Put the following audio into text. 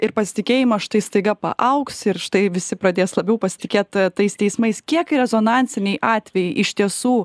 ir pasitikėjimas štai staiga paaugs ir štai visi pradės labiau pasitikėt tais teismais kiek rezonansiniai atvejai iš tiesų